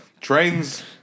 Trains